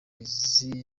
izi